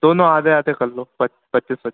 दोनों आधे आधे कर लो पच्चीस पच्चीस